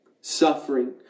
Suffering